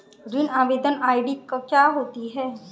ऋण आवेदन आई.डी क्या होती है?